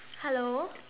hello